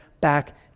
back